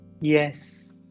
Yes